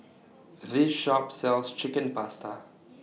This Shop sells Chicken Pasta